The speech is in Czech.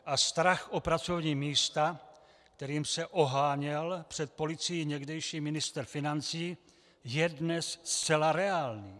A strach o pracovní místa, kterým se oháněl před policií někdejší ministr financí, je dnes zcela reálný.